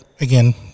again